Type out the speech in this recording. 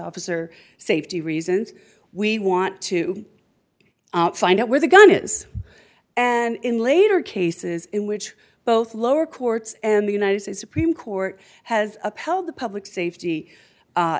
officer safety reasons we want to find out where the gun is and in later cases in which both lower courts and the united states supreme court has upheld the public safety